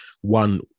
one